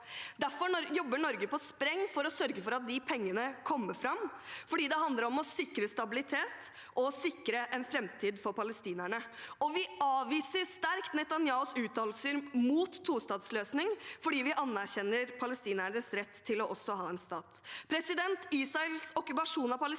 Derfor jobber Norge på spreng for å sørge for at pengene kommer fram. Det handler om å sikre stabilitet og sikre en framtid for palestinerne. Vi avviser sterkt Netanyahus uttalelser mot en tostatsløsning fordi vi anerkjenner palestinernes rett til også å ha en stat. Israels okkupasjon av Palestina